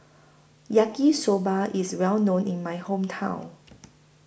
Yaki Soba IS Well known in My Hometown